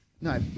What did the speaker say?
No